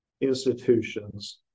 institutions